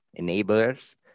enablers